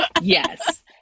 Yes